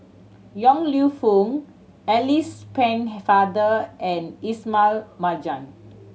Yong Lew Foong Alice Pennefather and Ismail Marjan